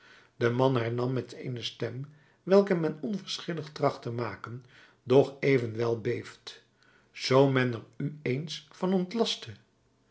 de man hernam met eene stem welke men onverschillig tracht te maken doch evenwel beeft zoo men er u eens van